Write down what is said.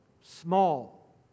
Small